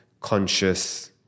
conscious